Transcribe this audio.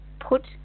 put